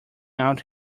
out